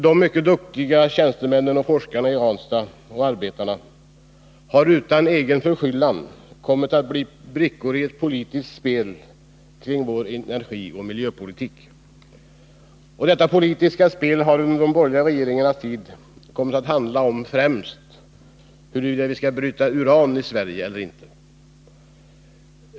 De mycket duktiga arbetarna, tjänstemännen och forskarna i Ranstad har utan egen förskyllan kommit att bli brickor i ett politiskt spel kring vår energioch miljöpolitik. Detta politiska spel har under de borgerliga regeringarnas tid kommit att handla främst om huruvida vi skall bryta uran i Sverige eller inte.